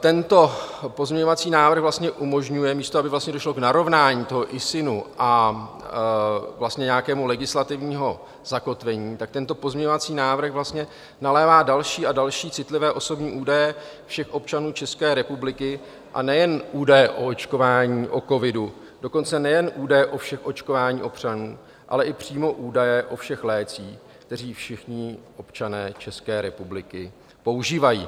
Tento pozměňovací návrh vlastně umožňuje místo aby došlo k narovnání toho ISIN a vlastně nějakému legislativnímu zakotvení tak tento pozměňovací návrh tam vlastně nalévá další a další citlivé osobní údaje všech občanů České republiky, a nejen údaje o očkování, o covidu, dokonce nejenom údaje o všech očkováních občanů, ale i přímo údaje o všech lécích, které všichni občané České republiky používají.